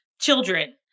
children